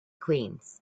queens